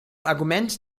argument